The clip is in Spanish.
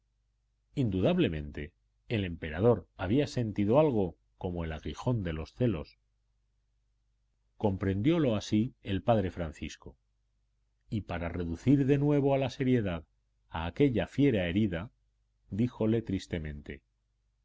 indudablemente el emperador había sentido algo como el aguijón de los celos comprendiólo así el padre francisco y para reducir de nuevo a la seriedad a aquella fiera herida díjole tristemente